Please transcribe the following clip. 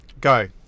Go